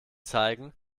zeigen